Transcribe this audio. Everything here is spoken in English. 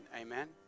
Amen